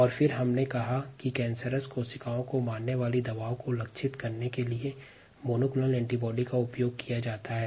आगे हमने देखा था कि कैंसरस की कोशिकाओं को मारने वाली दवा के रुप में कैंसर कोशिका को लक्षित करने के लिए मोनोक्लोनल एंटीबॉडी का उपयोग किया जाता है